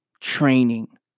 training